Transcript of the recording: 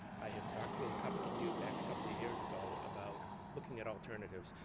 i have talked with a couple of you back a couple of years ago about looking at alternatives.